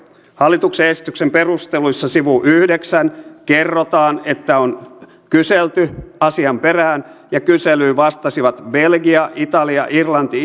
hallituksen esityksen perusteluissa sivu yhdeksän kerrotaan että on kyselty asian perään ja kyselyyn vastasivat belgia italia irlanti